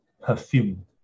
perfume